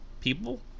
people